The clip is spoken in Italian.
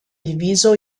diviso